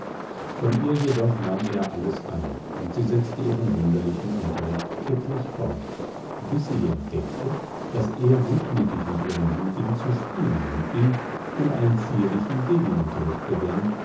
von ihr jedoch nahm er alles an und sie setzte ihren wunderlichen unterricht kecklich fort bis sie entdeckte daß er gutmütig mit ihren lügen zu spielen anfing und einen zierlichen gegenunterricht begann